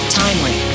timely